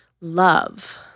love